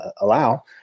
allow